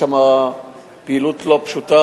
יש שם פעילות לא פשוטה,